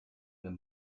them